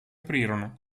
aprirono